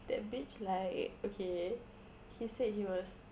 that bitch like okay he said he was